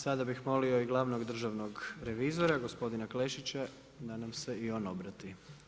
Sada bih molio i glavnog državno revizora, gospodina Klešića, da nam se i on obrati.